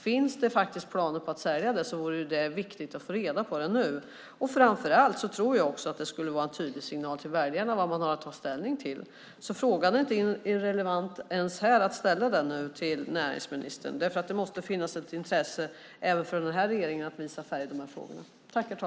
Finns det planer på att sälja Vattenfall vore det viktigt att få reda på det nu. Framför allt tror jag att det skulle vara en tydlig signal till väljarna om vad man har att ta ställning till. Frågan är inte irrelevant att ställa till näringsministern. Det måste finnas ett intresse även från den här regeringen av att bekänna färg i de här frågorna.